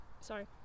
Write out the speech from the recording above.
Sorry